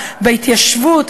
בהתיישבות,